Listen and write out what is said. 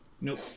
Nope